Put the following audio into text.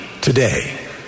today